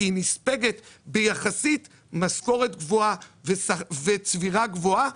כי היא נספגת ביחסית משכורת גבוהה וצבירה גבוהה.